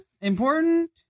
important